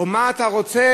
או "מה אתה רוצה,